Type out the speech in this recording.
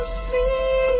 see